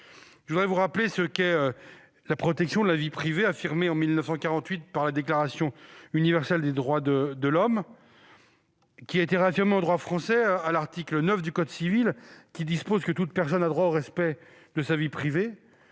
Je voudrais vous rappeler ce qu'est la protection de la vie privée, affirmée en 1948 par la Déclaration universelle des droits de l'homme, réaffirmée en droit français à l'article 9 du code civil disposant que :« Chacun a droit au respect de sa vie privée.